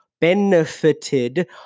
benefited